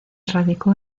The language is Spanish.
radicó